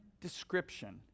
description